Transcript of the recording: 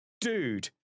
Dude